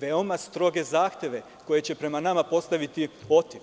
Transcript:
veoma stroge zahteve koje će prema nama postaviti OTIF?